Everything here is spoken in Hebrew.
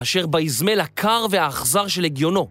אשר באיזמל הקר והאכזר של הגיונו